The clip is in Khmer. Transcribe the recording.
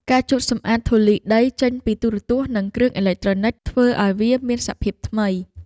ការជូតសម្អាតធូលីដីចេញពីទូរទស្សន៍ និងគ្រឿងអេឡិចត្រូនិច ធ្វើឱ្យវាមានសភាពថ្មី។